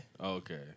Okay